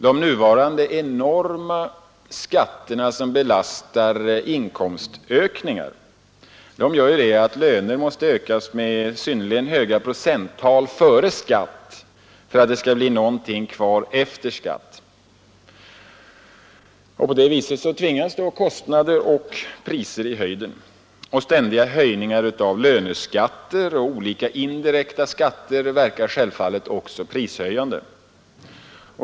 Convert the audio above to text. De nuvarande enorma skatterna på inkomstökningar gör att lönerna måste ökas med synnerligen höga procenttal före skatt för att det skall bli någonting kvar efter skatt. På det viset tvingas kostnader och priser i höjden. Ständiga höjningar av löneskatter och olika indirekta skatter verkar självfallet prishöjande.